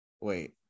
Wait